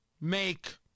make